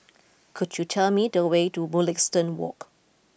could you tell me the way to Mugliston Walk